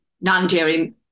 non-dairy